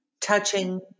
Touching